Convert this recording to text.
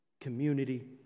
community